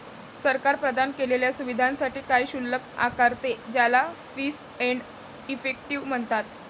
सरकार प्रदान केलेल्या सुविधांसाठी काही शुल्क आकारते, ज्याला फीस एंड इफेक्टिव म्हणतात